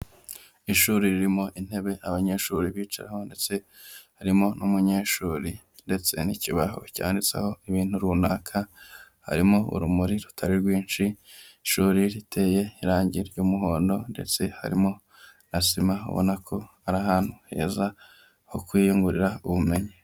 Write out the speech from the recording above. Ishuri ririmo intebe abanyeshuri bicaraho, ndetse harimo n'umunyeshuri ndetse n'ikibaho cyanditseho ibintu runaka, harimo urumuri rutari rwinshi, ishuri riteye irangi ry'umuhondo ndetse harimo na sima, ubona ko ari ahantu heza ho kwiyungurira ubumenyi.